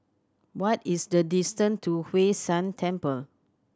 what is the distant to Hwee San Temple